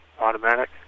automatic